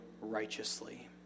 righteously